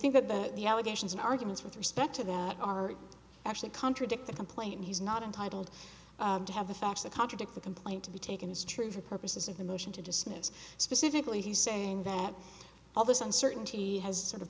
think that that the allegations in arguments with respect to that are actually contradict the complaint he's not entitled to have the facts that contradict the complaint to be taken as true for purposes of the motion to dismiss specifically he's saying that all this uncertainty has sort of